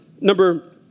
number